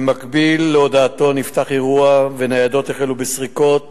במקביל להודעתו נפתח אירוע וניידות החלו בסריקות